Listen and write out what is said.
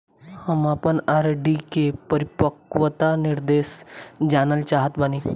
हम आपन आर.डी के परिपक्वता निर्देश जानल चाहत बानी